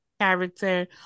character